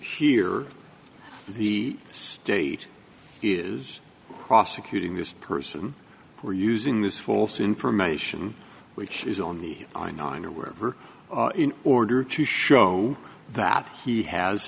here the state is prosecuting this person for using this false information which is only on on or wherever in order to show that he has